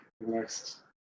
next